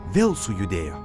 vėl sujudėjo